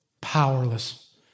powerless